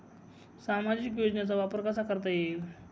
सामाजिक योजनेचा वापर कसा करता येईल?